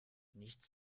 nichts